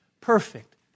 perfect